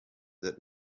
that